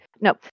No